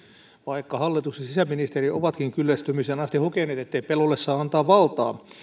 vaikka hallitus ja sisäministeri ovatkin kyllästymiseen asti hokeneet ettei pelolle saa antaa valtaa